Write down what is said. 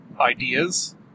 ideas